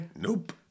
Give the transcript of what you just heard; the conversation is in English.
Nope